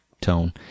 tone